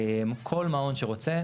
כל מעון שרוצה,